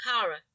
Kara